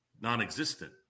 non-existent